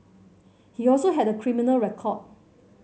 he also had a criminal record